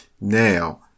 now